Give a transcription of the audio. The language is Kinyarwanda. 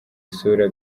isura